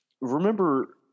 Remember